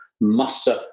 muster